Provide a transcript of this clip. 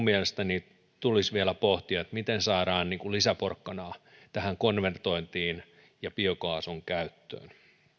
mielestäni tulisi vielä pohtia tätä miten saadaan lisäporkkanaa tähän konvertointiin ja biokaasun käyttöön